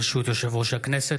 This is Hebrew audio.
ברשות יושב-ראש הכנסת,